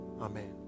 Amen